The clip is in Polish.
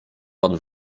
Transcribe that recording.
pan